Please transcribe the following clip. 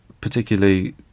particularly